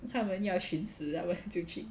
他们要寻死他们就去